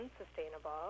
unsustainable